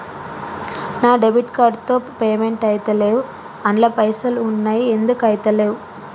నా debit card తో payment ఐతలేవ్ అండ్ల పైసల్ ఉన్నయి ఎందుకు ఐతలేవ్?